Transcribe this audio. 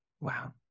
Wow